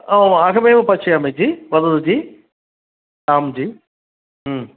ओ अहमेव पश्यामि जी वदतु जी आं जी